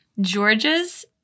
georgia's